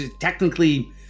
Technically